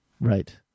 Right